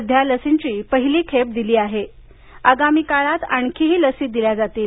सध्या लसींची पहिली खेप दिली आहे आगामी काळात आणखीही लसी दिल्या जातील